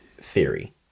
theory